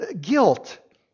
guilt